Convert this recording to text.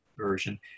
version